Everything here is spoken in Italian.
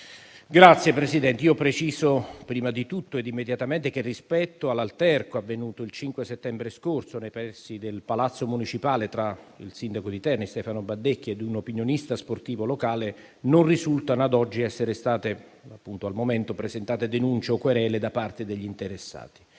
Signor Presidente, prima di tutto preciso immediatamente che, rispetto all'alterco avvenuto il 5 settembre scorso nei pressi del palazzo municipale tra il sindaco di Terni, Stefano Bandecchi, ed un opinionista sportivo locale, non risultano ad oggi essere state presentate denunce o querele da parte degli interessati.